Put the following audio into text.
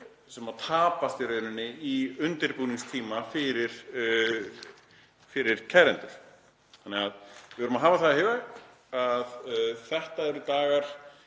sem tapast í rauninni í undirbúningstíma fyrir kærendur. Við verðum að hafa það í huga að þetta eru dagar